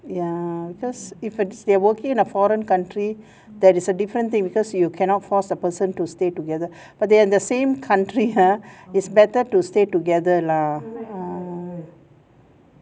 ya because if they're working in a foreign country that is a different thing because you cannot force a person to stay together but they are the same country ah is better to stay together lah ah